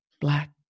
black